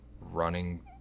running